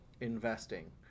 investing